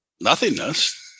nothingness